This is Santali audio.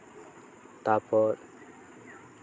ᱛᱟᱨᱯᱚᱨ